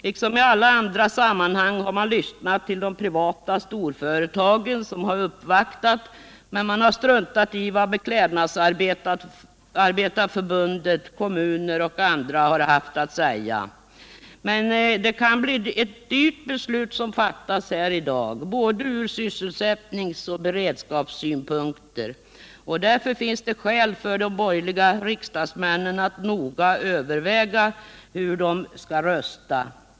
Liksom i alla andra sammanhang har man lyssnat till de privata storföretagen, som uppvaktat, men man har struntat i vad Beklädnadsarbetarnas förbund, kommuner och andra haft att säga. Det kan bli ett dyrt beslut som fattas här i dag, ur både sysselsättningsoch beredskapssynpunkt. Därför finns det skäl för de borgerliga riksdagsmännen att noga överväga hur de skall rösta.